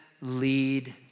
lead